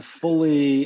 fully